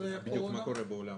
אחרי הקורונה?